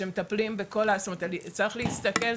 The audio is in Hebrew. צריך להסתכל,